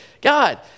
God